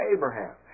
Abraham